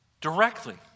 directly